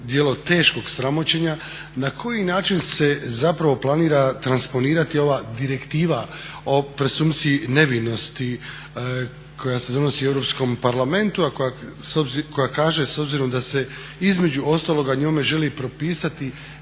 djelo teškog sramoćenja na koji način se zapravo planira transponirati ova direktiva o presumpciji nevinosti koja se donosi u Europskom parlamentu a koja kaže s obzirom da se između ostaloga njome želi i propisati